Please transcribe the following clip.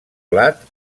blat